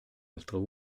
altro